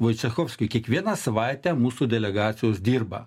vaicechovskiu kiekvieną savaitę mūsų delegacijos dirba